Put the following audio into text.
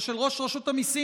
או של ראש רשות המיסים,